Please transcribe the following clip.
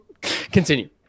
Continue